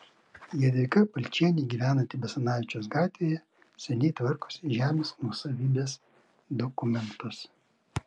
jadvyga balčienė gyvenanti basanavičiaus gatvėje seniai tvarkosi žemės nuosavybės dokumentus